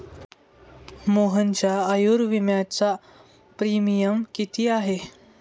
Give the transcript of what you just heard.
मोहनच्या आयुर्विम्याचा प्रीमियम किती आहे?